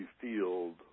field